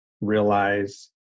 realize